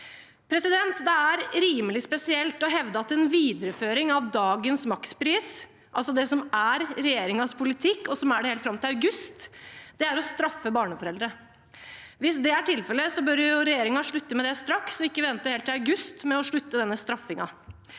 år gamle. Det er rimelig spesielt å hevde at en videreføring av dagens makspris – altså det som er regjeringens politikk, og som er det helt fram til august – er å straffe barneforeldre. Hvis det er tilfellet, bør jo regjeringen slutte med det straks og ikke vente helt til august med å slutte med denne straffingen.